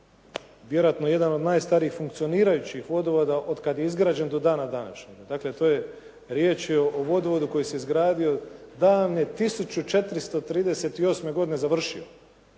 vjerojatno jedan od najstarijih funkcionirajući vodovoda od kada je izgrađen do dana današnjega. Dakle, to je, riječ je o vodovodu koji se izgradio davne 1438. godine završio.